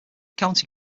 county